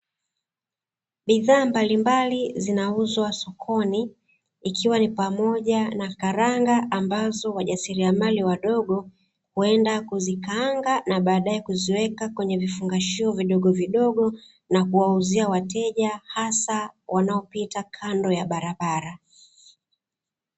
Bidhaa mbalimbali zinauzwa sokoni, ikiwa ni pamoja na karanga ambazo wajasilimiamali wadogo, huenda kuzikaanga na badaye, kuziweka kwenye vifungashio vidogovidogo, na kuwauzia wateja hasa wanaopita kando ya barabara.